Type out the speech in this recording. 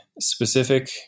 specific